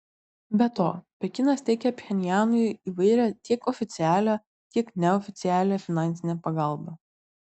be to pekinas teikia pchenjanui įvairią tiek oficialią tiek neoficialią finansinę pagalbą